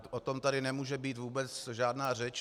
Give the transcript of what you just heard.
O tom tady nemůže být vůbec žádná řeč.